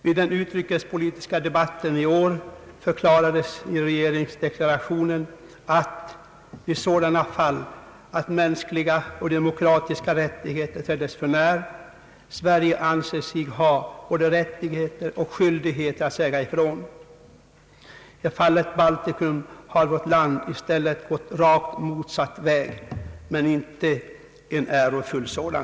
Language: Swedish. I den utrikespolitiska debatten i år förklarades i regeringsdeklarationen att Sverige i sådana fall att mänskliga och demokratiska rättigheter trädes för när anser sig ha både rättighet och skyldighet att säga ifrån. I fallet Baltikum har vårt land i stället gått rakt motsatt väg men inte en ärofull sådan.